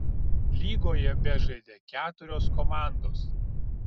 lygoje bežaidė keturios komandos